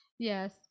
Yes